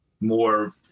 more